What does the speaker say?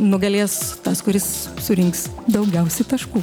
nugalės tas kuris surinks daugiausiai taškų